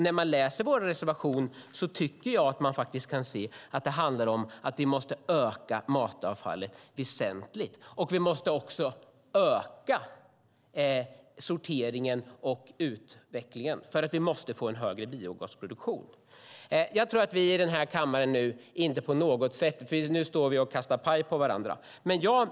När man läser vår reservation tycker jag att man kan se att det handlar om att vi måste öka insamlingen av matavfall väsentligt samt öka sorteringen och utvecklingen för att få en högre biogasproduktion. Nu står vi och kastar paj på varandra.